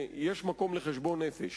ויש מקום לחשבון-נפש.